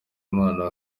umwana